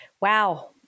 wow